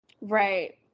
Right